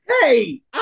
Hey